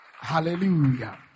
Hallelujah